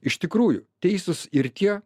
iš tikrųjų teisūs ir tie